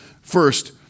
First